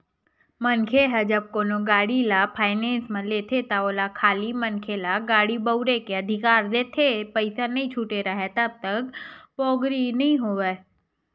मनखे ह जब कोनो गाड़ी ल फायनेंस म लेथे त ओहा खाली मनखे ल गाड़ी बउरे के अधिकार देथे पइसा नइ छूटे राहय तब तक पोगरी नइ होय